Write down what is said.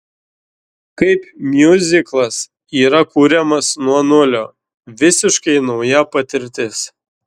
kaip miuziklas yra kuriamas nuo nulio visiškai nauja patirtis